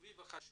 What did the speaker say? חיובי וחשוב.